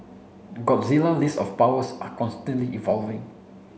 Godzilla list of powers are constantly evolving